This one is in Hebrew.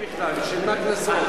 בשביל מה קנסות?